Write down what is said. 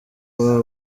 baba